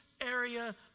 area